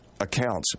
Accounts